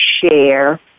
share